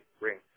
ring